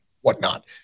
whatnot